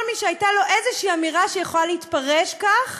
כל מי שהייתה לו איזושהי אמירה שיכולה להתפרש כך